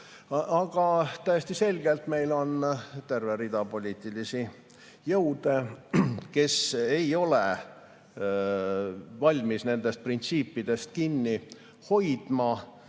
Aga täiesti selgelt meil on terve rida poliitilisi jõude, kes ei ole valmis nendest printsiipidest kinni hoidma,